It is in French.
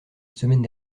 semaine